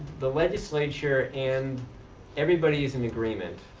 the legislature and everybody is in agreement,